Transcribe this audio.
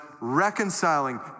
reconciling